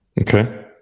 okay